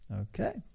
Okay